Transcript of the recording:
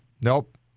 Nope